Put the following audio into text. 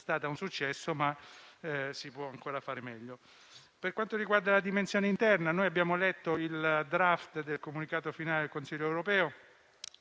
Tuttavia, si può ancora fare meglio. Per quanto riguarda la dimensione interna, abbiamo letto il *draft* del comunicato finale del Consiglio europeo.